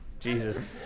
Jesus